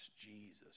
Jesus